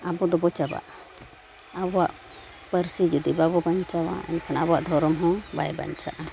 ᱟᱵᱚ ᱫᱚᱵᱚ ᱪᱟᱵᱟᱜᱼᱟ ᱟᱵᱚᱣᱟᱜ ᱯᱟᱹᱨᱥᱤ ᱡᱩᱫᱤ ᱵᱟᱵᱚ ᱵᱟᱧᱪᱟᱣᱟ ᱮᱱᱠᱷᱟᱱ ᱟᱵᱚᱣᱟᱜ ᱫᱷᱚᱨᱚᱢ ᱦᱚᱸ ᱵᱟᱭ ᱵᱟᱧᱪᱟᱜᱼᱟ